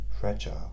fragile